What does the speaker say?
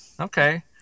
Okay